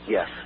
Yes